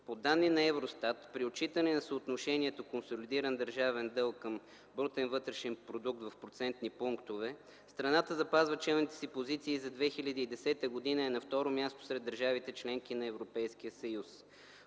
По данни на Евростат при отчитане на съотношението консолидиран държавен дълг към брутен вътрешен продукт в процентни пунктове страната запазва челните си позиции и за 2010 г. е на второ място сред държавите – членки на Европейския съюз.